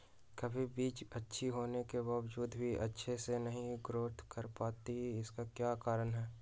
कभी बीज अच्छी होने के बावजूद भी अच्छे से नहीं ग्रोथ कर पाती इसका क्या कारण है?